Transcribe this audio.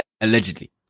Allegedly